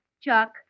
Chuck